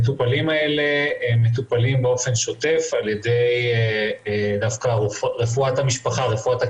אמיתי שנותן למטופל הזה מענה לאורך כל המסגרות בהן הם נמצאים ולאורך כל